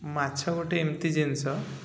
ମାଛ ଗୋଟେ ଏମିତି ଜିନିଷ